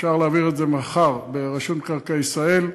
אפשר להעביר את זה מחר ברשות מקרקעי ישראל.